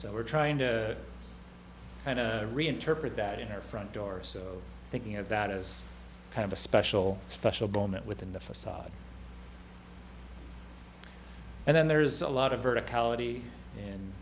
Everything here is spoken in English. so we're trying to and reinterpret that in her front door so thinking of that is kind of a special special moment within the facade and then there's a lot of